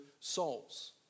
souls